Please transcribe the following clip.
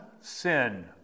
sin